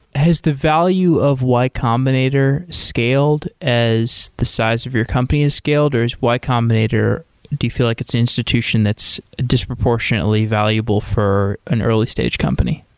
has the value of y combinator scaled as the size of your company has scaled, or is y combinator do you feel like it's an institution that's disproportionately valuable for an early stage company?